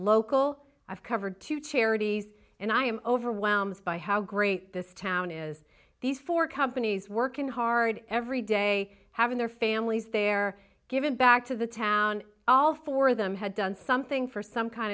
local i've covered two charities and i am overwhelmed by how great this town is these four companies working hard every day having their families their given back to the town all for them had done something for some kind